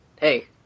hey